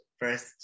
first